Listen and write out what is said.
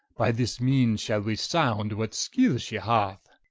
by this meanes shall we sound what skill she hath.